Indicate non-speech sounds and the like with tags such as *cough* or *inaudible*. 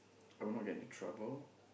*noise* I will not get into trouble